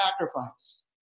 sacrifice